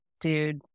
dude